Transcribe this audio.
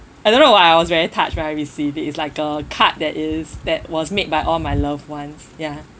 I don't know why I was very touched when I received it's like a card that is that was made by all my loved ones ya